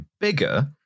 bigger